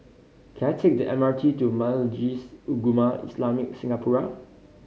can I take the M R T to Majlis Ugama Islam Singapura